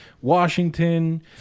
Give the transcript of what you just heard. Washington